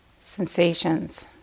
sensations